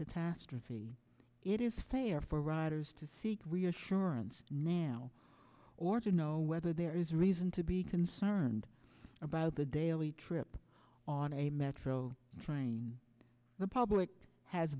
catastrophe it is fair for riders to seek reassurance now ordered whether there is reason to be concerned about the daily trip on a metro train the public has